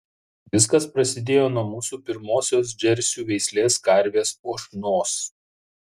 viskas prasidėjo nuo mūsų pirmosios džersių veislės karvės uošnos